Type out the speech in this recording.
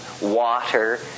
water